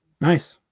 Nice